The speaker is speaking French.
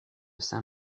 saint